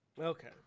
Okay